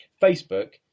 Facebook